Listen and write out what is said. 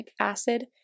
acid